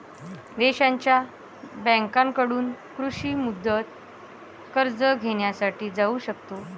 देशांच्या बँकांकडून कृषी मुदत कर्ज घेण्यासाठी जाऊ शकतो